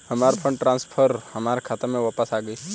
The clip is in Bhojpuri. हमार फंड ट्रांसफर हमार खाता में वापस आ गइल